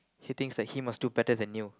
he thinks that he must do better than you